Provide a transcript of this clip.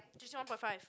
teach one point five